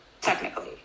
technically